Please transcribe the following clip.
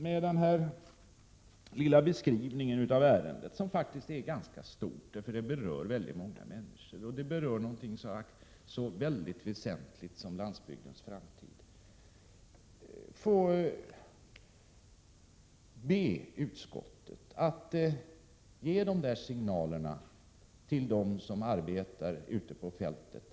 Med denna kortfattade beskrivning av ett ärende som faktiskt är ganska omfattande — väldigt många människor berörs ju av detta och dessutom gäller det någonting så väsentligt som just landsbygdens framtid — ber jag utskottet att ge nämnda signaler till dem som arbetar ute på fältet.